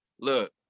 look